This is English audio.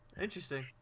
Interesting